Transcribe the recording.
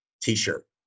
t-shirt